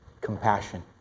compassion